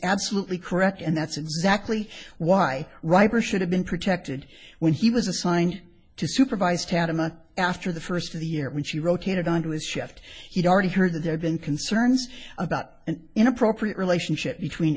absolutely correct and that's exactly why riper should have been protected when he was assigned to supervise tedham not after the first of the year when she rotated onto his shift he'd already heard there been concerns about an inappropriate relationship between